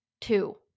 Two